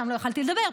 שם לא יכולתי לדבר,